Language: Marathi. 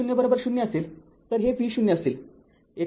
जर t0 0असेल तर हे v0 असेल